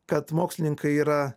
kad mokslininkai yra